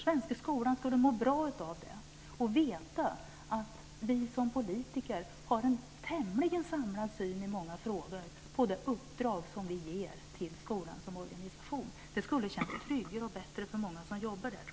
Svenska skolan skulle må bra av att veta att vi som politiker har en tämligen samlad syn i många frågor på det uppdrag som vi ger till skolan som organisation. Det skulle kännas tryggare och bättre för många som jobbar där.